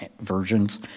versions